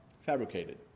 fabricated